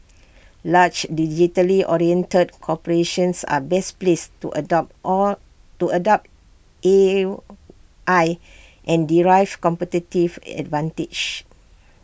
large digitally oriented corporations are best placed to adopt all to adopt A I and derive competitive advantage